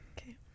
Okay